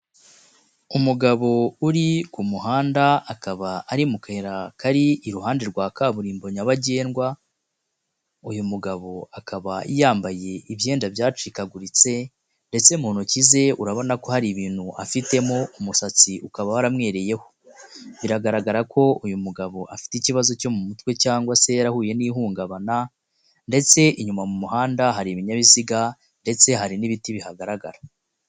Umugabo uri ku muhanda, akaba ari mu kayira kari iruhande rwa kaburimbo nyabagendwa, uyu mugabo akaba yambaye ibyenda byacikaguritse ndetse mu ntoki ze urabona ko hari ibintu afitemo, umusatsi ukaba waramwereyeho. Biragaragara ko uyu mugabo afite ikibazo cyo mu mutwe cyangwa se yarahuye n'ihungabana ndetse inyuma mu muhanda, hari ibinyabiziga ndetse hari n'ibiti bihagaragara.